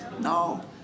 No